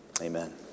amen